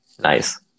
nice